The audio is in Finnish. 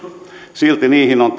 silti niihin on